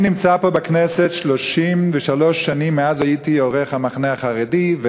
אני נמצא פה בכנסת 33 שנים מאז הייתי עורך "המחנה החרדי",